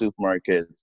supermarkets